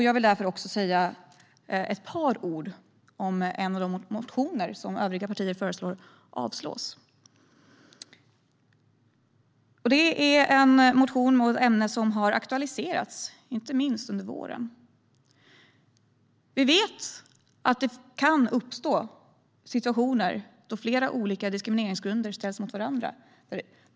Jag vill därför säga ett par ord om en av de motioner som övriga partier föreslår ska avslås. Det är en motion om ett ämne som har aktualiserats inte minst under våren. Vi vet att det kan uppstå situationer då flera olika diskrimineringsgrunder ställs mot varandra.